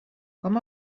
com